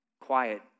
quiet